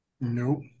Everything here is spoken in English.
Nope